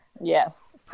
yes